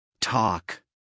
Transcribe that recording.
Talk